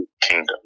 Kingdom